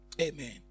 Amen